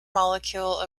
molecule